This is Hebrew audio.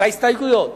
בהסתייגויות.